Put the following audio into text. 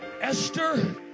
Esther